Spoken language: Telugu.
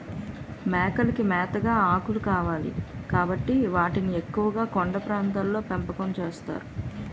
మేకలకి మేతగా ఆకులు కావాలి కాబట్టి వాటిని ఎక్కువుగా కొండ ప్రాంతాల్లో పెంపకం చేస్తారు